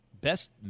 best